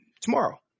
tomorrow